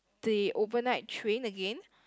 the overnight train again